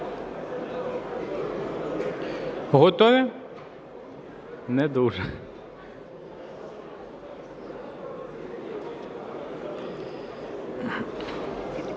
Готові? Не дуже.